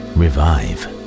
revive